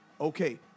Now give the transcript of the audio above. Okay